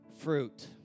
fruit